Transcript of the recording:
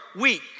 week